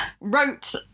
wrote